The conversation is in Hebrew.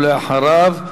ואחריו,